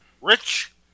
Rich